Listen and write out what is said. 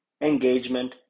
engagement